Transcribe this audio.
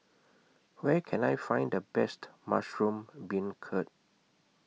Where Can I Find The Best Mushroom Beancurd